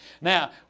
Now